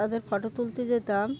তাদের ফটো তুলতে যেতাম